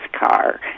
car